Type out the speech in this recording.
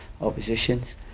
oppositions